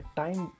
time